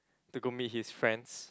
to go meet his friends